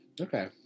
Okay